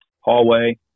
hallway